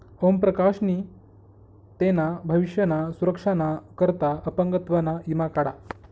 ओम प्रकाश नी तेना भविष्य ना सुरक्षा ना करता अपंगत्व ना ईमा काढा